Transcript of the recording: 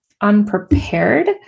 unprepared